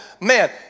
man